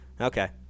Okay